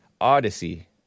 Odyssey